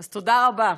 אז תודה רבה.